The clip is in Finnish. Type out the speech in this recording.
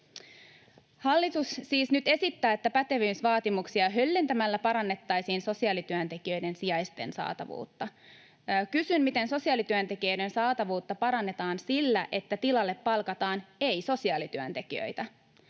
Hallitus siis nyt esittää, että pätevyysvaatimuksia höllentämällä parannettaisiin sosiaalityöntekijöiden sijaisten saatavuutta. Kysyn: miten sosiaalityöntekijöiden saatavuutta parannetaan sillä, että tilalle palkataan ei-sosiaalityöntekijöitä?